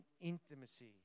intimacy